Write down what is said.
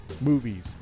movies